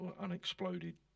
unexploded